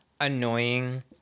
annoying